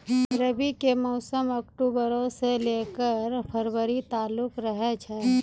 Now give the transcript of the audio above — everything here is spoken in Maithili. रबी के मौसम अक्टूबरो से लै के फरवरी तालुक रहै छै